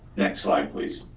next slide, please.